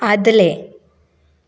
आदलें